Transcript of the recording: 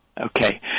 Okay